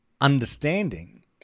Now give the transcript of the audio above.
understanding